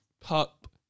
pup